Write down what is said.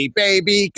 baby